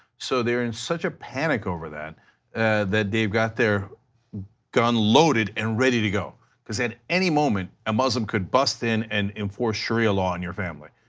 so they are in such a panic over that that they've got their gun loaded, and ready to go because at any moment a muslim could bust in and enforce sharia law on your family,